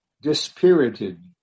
dispirited